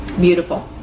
Beautiful